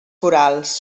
corals